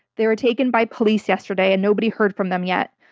they were taken by police yesterday and nobody heard from them yet.